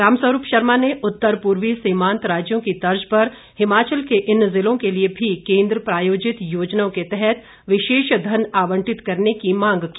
रामस्वरूप शर्मा ने उत्तर पूर्वी सीमांत राज्यों की तर्ज पर हिमाचल के इन जिलों के लिए भी केंद्र प्रायोजित योजनाओं के तहत विशेष धन आबंटित करने की मांग की